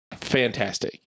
fantastic